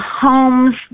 homes